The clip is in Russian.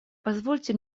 позвольте